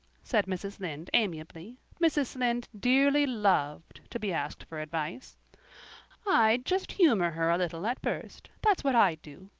said mrs. lynde amiably mrs. lynde dearly loved to be asked for advice i'd just humor her a little at first, that's what i'd do.